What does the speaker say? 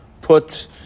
put